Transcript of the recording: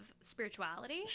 spirituality